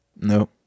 No